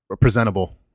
presentable